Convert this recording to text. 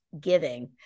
giving